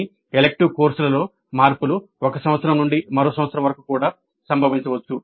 కానీ ఎలిక్టివ్ కోర్సుల్లో మార్పులు ఒక సంవత్సరం నుండి మరో సంవత్సరం వరకు కూడా సంభవించవచ్చు